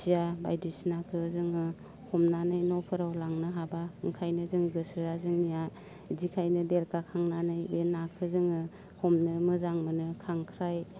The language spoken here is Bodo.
खुसिया बायदिसिनाखो जोङो हमनानै न'फोराव लांनो हाब्ला ओंखायनो जों गोसोआ जोंनिया इदिखायनो देरगाखांनानै बे नाखो जोङो हमनो मोजां मोनो खांख्राइ